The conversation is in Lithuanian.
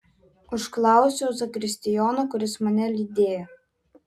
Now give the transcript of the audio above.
užklausiau zakristijoną kuris mane lydėjo